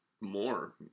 More